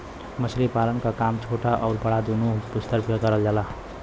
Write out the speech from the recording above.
मछली पालन क काम छोटा आउर बड़ा दूनो स्तर पे करल जाला